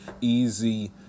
easy